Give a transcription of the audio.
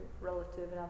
relative